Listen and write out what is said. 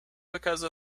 because